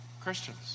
Christians